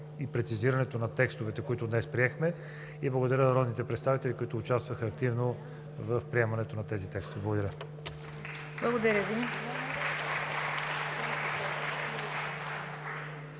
и прецизирането на текстовете, които днес приехме. Благодаря и на народните представители, които участваха активно в приемането на тези текстове. Благодаря.